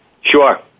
sure